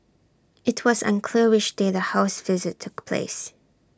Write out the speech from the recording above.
IT was unclear which day the house visit took place